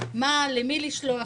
למי לשלוח,